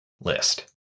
list